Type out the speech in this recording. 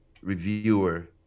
reviewer